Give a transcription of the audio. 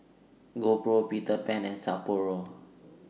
GoPro Peter Pan and Sapporo